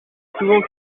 souvent